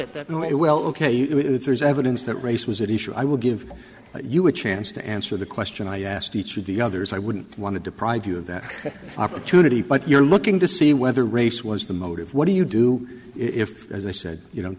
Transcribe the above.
it that may well ok you know if there's evidence that race was an issue i will give you a chance to answer the question i asked each of the others i wouldn't want to deprive you of that opportunity but you're looking to see whether race was the motive what do you do if as i said you know